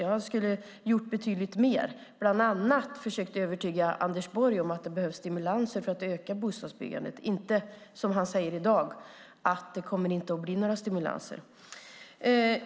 Jag skulle ha gjort betydligt mer, bland annat försökt övertyga Anders Borg om att det behövs stimulanser för att öka bostadsbyggandet - han säger ju i dag att det inte kommer att bli några stimulanser.